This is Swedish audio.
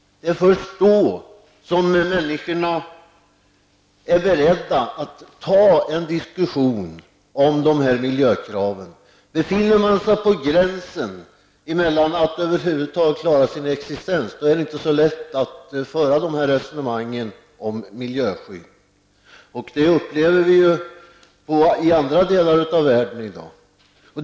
Det är först då som människor är beredda att diskutera dessa miljökrav. Om människor befinner sig på gränsen mellan att över huvud taget klara sin existens är det inte så lätt att föra dessa resonemang om miljöskydd. Detta upplever vi i andra delar av världen i dag.